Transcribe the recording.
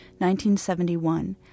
1971